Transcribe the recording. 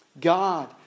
God